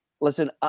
Listen